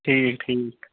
ٹھیٖک ٹھیٖک